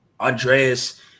Andreas